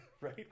right